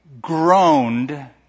groaned